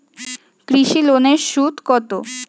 কৃষি লোনের সুদ কত?